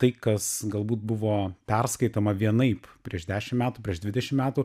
tai kas galbūt buvo perskaitoma vienaip prieš dešimt metų prieš dvidešimt metų